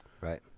Right